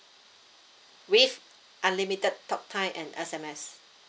with unlimited talk time and S_M_S